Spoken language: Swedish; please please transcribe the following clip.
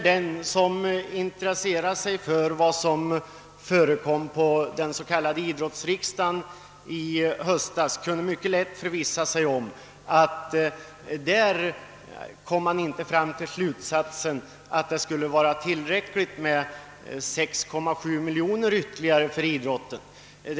Den som intresserar sig för vad som förekom vid den s.k. idrottsriksdagen i höstas kan mycket lätt förvissa sig om att man där inte kom fram till slutsatsen att det skulle vara tillräckligt med ytterligare 6,7 miljoner kronor för idrotten.